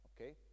Okay